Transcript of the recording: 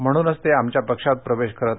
म्हणूनच ते आमच्या पक्षात प्रवेश करत आहेत